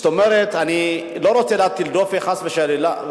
זאת אומרת, אני לא רוצה להטיל דופי, חס וחלילה,